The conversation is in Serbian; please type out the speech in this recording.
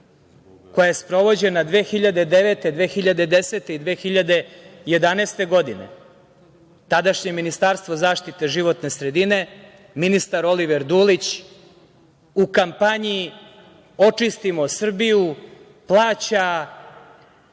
koja je sprovođenja 2009, 2010. i 2011. godine. Tadašnje ministarstvo zaštite životne sredine, ministar Oliver Dulić u kampanji „Očistimo Srbiju“ plaća